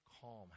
calm